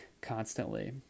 constantly